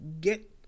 get